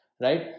right